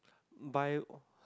buy